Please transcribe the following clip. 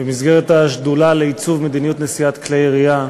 במסגרת השדולה לעיצוב מדיניות נשיאת כלי ירייה,